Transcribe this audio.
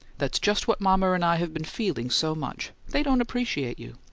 that's just what mama and i have been feeling so much they don't appreciate you.